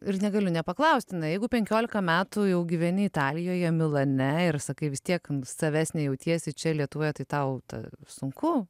ir negaliu nepaklausti na jeigu penkiolika metų jau gyveni italijoje milane ir sakai vis tiek savesnė jautiesi čia lietuvoje tai tau tai sunku